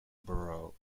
borough